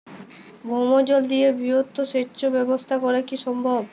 ভৌমজল দিয়ে বৃহৎ সেচ ব্যবস্থা করা কি সম্ভব?